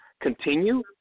continue